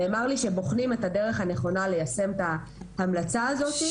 נאמר לי שבוחנים את הדרך הנכונה שבה ניתן יהיה ליישם את ההמלצה הזאתי.